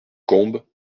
combes